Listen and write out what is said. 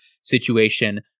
situation